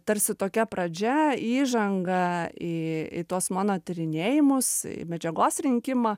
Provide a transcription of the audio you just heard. tarsi tokia pradžia įžanga į į tuos mano tyrinėjimus medžiagos rinkimą